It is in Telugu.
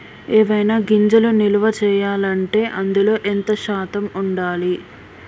ఏవైనా గింజలు నిల్వ చేయాలంటే అందులో ఎంత శాతం ఉండాలి?